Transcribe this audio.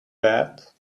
that